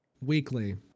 weekly